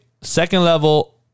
second-level